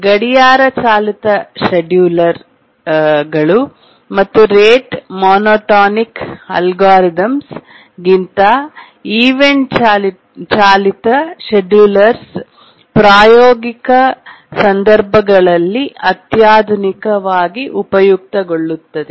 ಗಡಿಯಾರ ಚಾಲಿತ ಶೆಡ್ಯೂಲ್ಅರ್ಸ್ ಮತ್ತು ರೇಟ್ ಮೋನೋಟೋನಿಕ್ ಅಲ್ಗೊರಿದಮ್ ಗಿಂತ ಈವೆಂಟ್ ಚಾಲಿತ ಶೆಡ್ಯೂಲ್ಅರ್ಸ್ ಪ್ರಯೋಗಿಕ ಸಂದರ್ಭಗಳಲ್ಲಿ ಅತ್ಯಾಧುನಿಕ ವಾಗಿ ಉಪಯುಕ್ತ ಗೊಳ್ಳುತ್ತದೆ